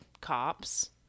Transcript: cops